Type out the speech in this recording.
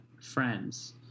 friends